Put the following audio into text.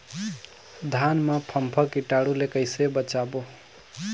धान मां फम्फा कीटाणु ले कइसे बचाबो?